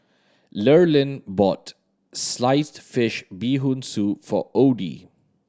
Lurline bought sliced fish Bee Hoon Soup for Odie